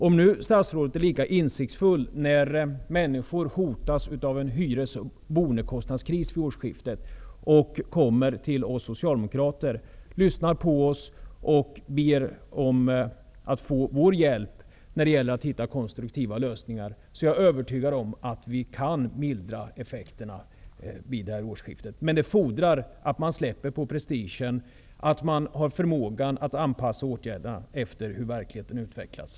Om statsrådet är lika insiktsfull när det gäller det faktum att människor hotas av en hyres och boendekostnadskris vid årsskiftet och om man kommer till oss socialdemokrater, lyssnar på oss och ber om hjälp från oss med att hitta konstruktiva lösningar, kan vi -- det är jag övertygad om -- mildra effekterna vid årsskiftet. Men det fordrar att man släpper detta med prestigen, att man har förmåga att anpassa åtgärderna till den faktiska utvecklingen.